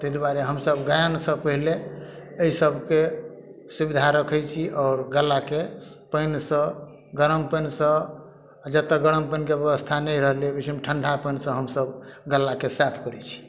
ताहि दुआरे हमसब गायन सऽ पहिले एहि सबके सुबिधा रखै छी आओर गल्लाके पानि सऽ गरम पानि सऽ जत्तऽ गरम पानि के बेबस्था नहि रहलै ओहिसे ठण्डा पाइन सऽ हमसब गल्ला के साफ करै छी